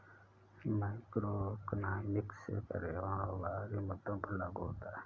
macroeconomics पर्यावरण और बाहरी मुद्दों पर लागू होता है